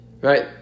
right